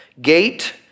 gate